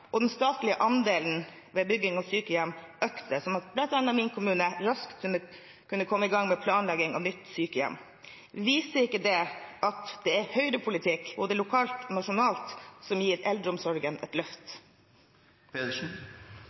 og den statlige andelen ved bygging av sykehjem økte, slik at bl.a. min kommune raskt kunne komme i gang med planlegging av nytt sykehjem. Viser ikke det at det er Høyre-politikk, både lokalt og nasjonalt, som gir eldreomsorgen et løft?